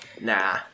Nah